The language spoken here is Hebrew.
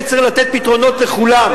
שצריך לתת פתרונות לכולם.